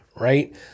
right